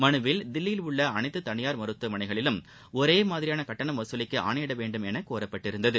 மனுவில் தில்லியில் உள்ள அனைத்து தனியார் மருத்துவமனைகளிலும் ஒரே மாதிரியான கட்டணம் வசூலிக்க ஆணையிட வேண்டும் என கோரப்பட்டிருந்தது